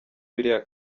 biriya